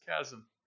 chasm